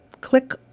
click